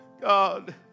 God